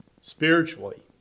spiritually